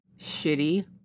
shitty